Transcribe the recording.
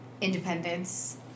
independence